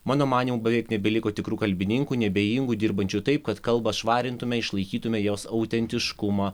mano manymu beveik nebeliko tikrų kalbininkų neabejingų dirbančių taip kad kalbą švarintumėme išlaikytumėme jos autentiškumą